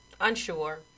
unsure